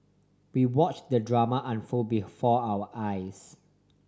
we watch the drama unfold before our eyes